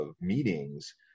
meetings